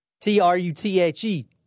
T-R-U-T-H-E